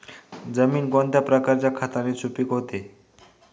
जमीन कोणत्या प्रकारच्या खताने सुपिक होते?